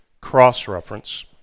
cross-reference